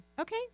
Okay